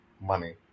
money